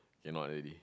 cannot already